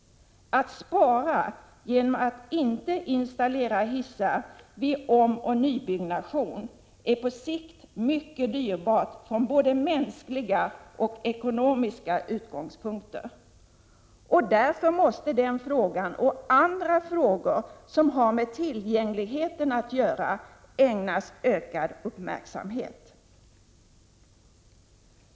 Att spara genom att inte installera hissar vid omoch nybyggnation är på sikt mycket dyrbart från både mänskliga och ekonomiska utgångspunkter. Därför måste den frågan och andra frågor som har med tillgängligheten att göra ägnas ökad uppmärksamhet.